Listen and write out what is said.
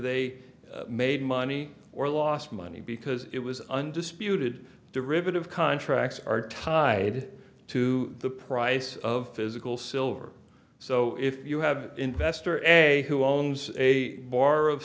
they made money or lost money because it was undisputed derivative contracts are tied to the price of physical silver so if you have investor eg who owns a bar of